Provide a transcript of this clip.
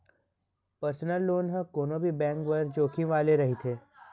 personal loan ह कोनो भी बेंक बर जोखिम वाले रहिथे